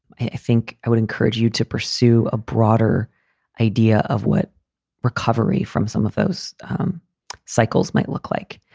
i think i would encourage you to pursue a broader idea of what recovery from some of those cycles might look like.